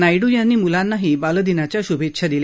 नायडू यांनी मुलांनाही बालदिनाच्या शभेच्छा दिल्या